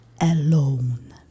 alone